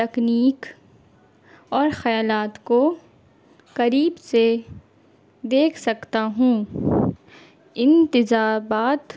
تکنیک اور خیالات کو قریب سے دیکھ سکتا ہوں انتجابات